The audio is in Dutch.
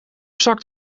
zakt